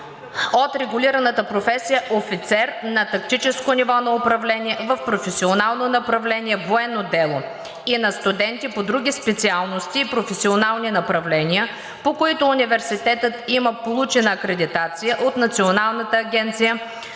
от регулираната професия „Офицер за тактическо ниво на управление“ в професионално направление „Военно дело“ и на студенти по други специалности и професионални направления, по които университетът има получена акредитация от Националната агенция